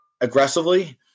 aggressively